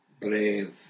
brave